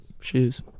shoes